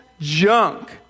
junk